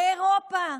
באירופה,